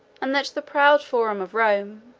and that the proud forum of rome,